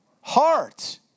heart